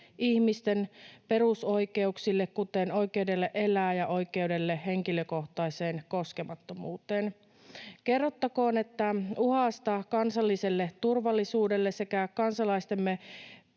ihmisten perusoikeuksille, kuten oikeudelle elää ja oikeudelle henkilökohtaiseen koskemattomuuteen. Kerrottakoon, että uhasta kansalliselle turvallisuudelle sekä kansalaistemme